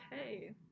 Okay